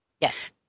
Yes